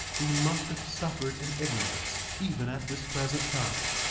we must have suffered in ignorance, even at this present time,